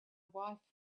wife